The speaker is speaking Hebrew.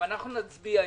אם אנחנו נצביע,